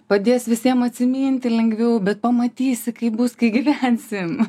padės visiem atsminti lengviau bet pamatysi kaip bus kai gyvensim